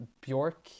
Bjork